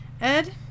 Ed